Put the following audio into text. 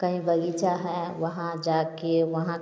कहीं बगीचा है वहाँ जाके